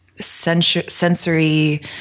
sensory